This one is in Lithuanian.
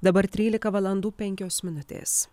dabar trylika valandų penkios minutės